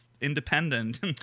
independent